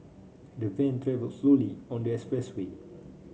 the van travelled slowly on the expressway